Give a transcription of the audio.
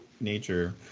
nature